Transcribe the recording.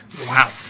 Wow